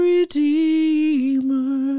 Redeemer